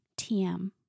TM